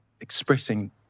expressing